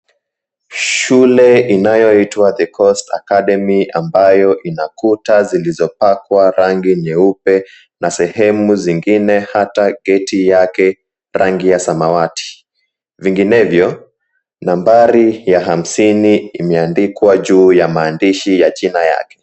Shule inayoitwa The Coast Academy ambayo ina kuta zilizopakwa rangi nyeupe na sehemu zingine hata geti yake rangi ya samawati. Vinginevyo nambari ya hamsini imeamdikwa juu ya maandishi ya jina yake.